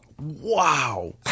Wow